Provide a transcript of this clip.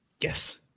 Yes